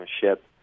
ship